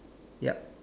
ya